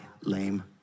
lame